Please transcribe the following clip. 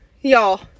y'all